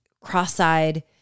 cross-eyed